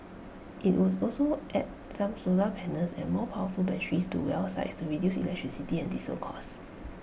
IT was also add some solar panels and more powerful batteries to well sites to reduce electricity and diesel costs